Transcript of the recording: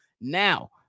now